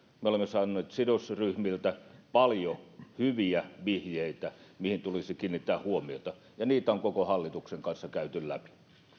me olemme saaneet myös sidosryhmiltä paljon hyviä vihjeitä mihin tulisi kiinnittää huomiota ja niitä on koko hallituksen kanssa käyty läpi